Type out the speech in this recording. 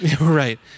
Right